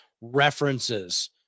references